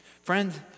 Friends